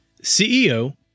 CEO